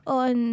on